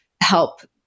help